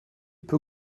peu